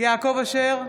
יעקב אשר,